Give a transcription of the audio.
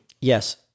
yes